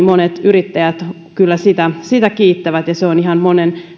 monet yrittäjät kiittävät siinä on myöskin ihan monen